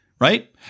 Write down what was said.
right